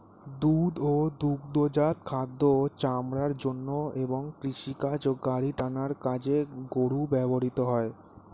দুধ ও দুগ্ধজাত খাদ্য ও চামড়ার জন্য এবং কৃষিকাজ ও গাড়ি টানার কাজে গরু ব্যবহৃত হয়